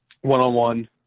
one-on-one